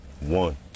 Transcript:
One